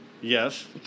Yes